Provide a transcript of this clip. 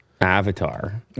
Avatar